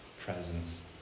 presence